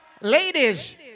Ladies